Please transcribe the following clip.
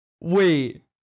Wait